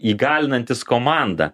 įgalinantis komandą